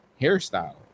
hairstyle